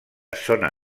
zona